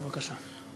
בבקשה.